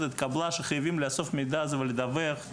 התקבלה שחייבים לאסוף את המידע הזה ולדווח,